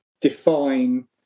define